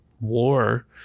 war